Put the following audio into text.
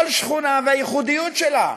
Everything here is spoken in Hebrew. כל שכונה והייחודיות שלה.